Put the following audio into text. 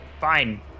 Fine